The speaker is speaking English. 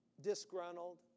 disgruntled